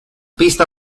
pista